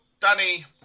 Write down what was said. Danny